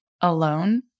alone